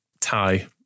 tie